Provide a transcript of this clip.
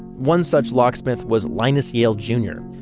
one such locksmith was linus yale, jr.